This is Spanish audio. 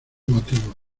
motivo